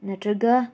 ꯅꯠꯇ꯭ꯔꯒ